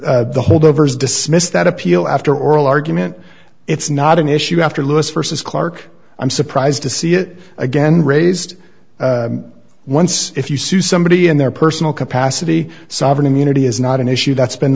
the holdovers dismissed that appeal after oral argument it's not an issue after list versus clarke i'm surprised to see it again raised once if you sue somebody in their personal capacity sovereign immunity is not an issue that's been